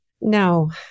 No